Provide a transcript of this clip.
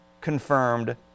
confirmed